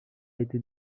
été